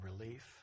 relief